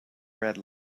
red